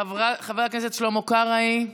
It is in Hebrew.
חבר הכנסת שלמה קרעי,